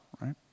right